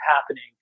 happening